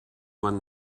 man